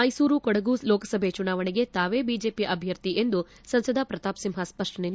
ಮೈಸೂರು ಕೊಡಗು ಲೋಕಸಭೆ ಚುನಾವಣೆಗೆ ತಾವೇ ಬಿಜೆಪಿ ಅಭ್ಯರ್ಥಿ ಎಂದು ಸಂಸದ ಪ್ರತಾಪ್ ಸಿಂಹ ಸ್ಪಷ್ಟನೆ ನೀಡಿದ್ದಾರೆ